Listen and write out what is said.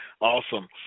awesome